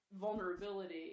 vulnerability